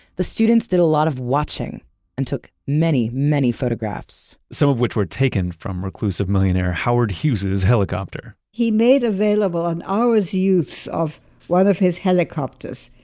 the students did a lot of watching and took many, many photographs some of which were taken from reclusive millionaire howard hughes's helicopter he made available an hour's use of one of his helicopters.